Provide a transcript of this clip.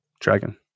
Dragon